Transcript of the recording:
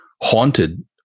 haunted